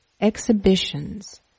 exhibitions